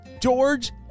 George